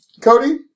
Cody